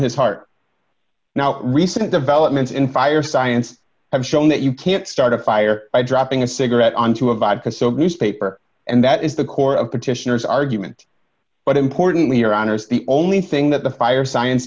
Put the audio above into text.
his heart now recent developments in fire science have shown that you can't start a fire by dropping a cigarette onto a vodka so it newspaper and that is the core of petitioners argument but importantly your honour's the only thing that the fire science